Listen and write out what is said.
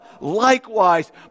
likewise